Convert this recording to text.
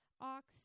ox